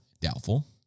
Doubtful